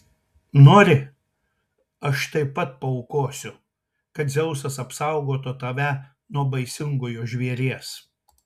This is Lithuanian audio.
nori aš taip pat aukosiu kad dzeusas apsaugotų tave nuo baisingojo žvėries